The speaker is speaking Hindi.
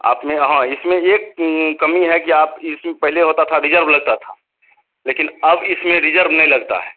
अपने हाँ इसमें एक कमी है कि आप इसमें पहले होता था रिजर्व लगता था लेकिन अब इसमें रिजर्व नहीं लगता है